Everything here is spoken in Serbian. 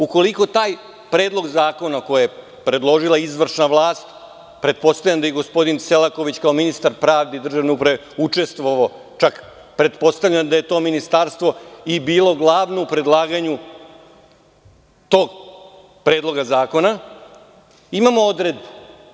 Ukoliko taj predlog zakona koji je predložila izvršna vlast, pretpostavljam da je i gospodin Selaković kao ministar pravde i državne uprave učestvovao, čakpretpostavljam da je to ministarstvo i bilo glavno u predlaganju tog predloga zakona, imamo odredbu.